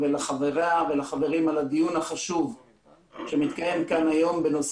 לחבריה ולחברים על הדיון החשוב שמתקיים כאן היום בנושא